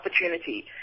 opportunity